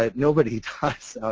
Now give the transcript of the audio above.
ah nobody does.